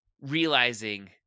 realizing